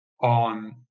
on